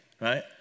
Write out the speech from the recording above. right